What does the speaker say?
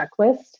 checklist